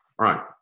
right